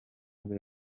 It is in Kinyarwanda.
nibwo